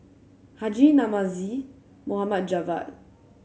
Haji Namazie Mohd Javad